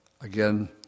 again